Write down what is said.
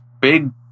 big